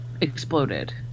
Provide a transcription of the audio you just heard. exploded